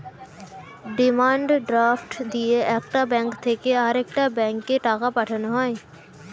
demand draft দিয়ে একটা bank থেকে আরেকটা ব্যাঙ্কে টাকা পাঠানো হয়